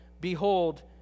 behold